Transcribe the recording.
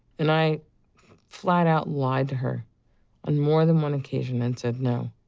and i flat out lied to her on more than one occasion, and said, no.